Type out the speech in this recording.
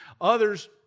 Others